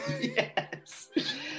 yes